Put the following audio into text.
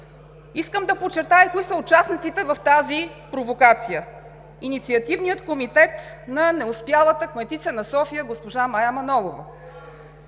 Искам да подчертая кои са участниците в тази провокация – Инициативният комитет на неуспялата кметица на София госпожа Мая Манолова.